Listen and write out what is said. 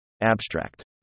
Abstract